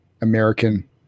American